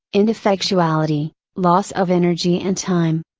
ineffectuality, loss of energy and time.